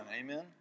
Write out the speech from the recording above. Amen